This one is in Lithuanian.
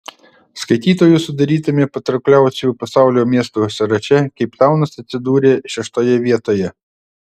skaitytojų sudarytame patraukliausių pasaulio miestų sąraše keiptaunas atsidūrė šeštoje vietoje